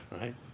right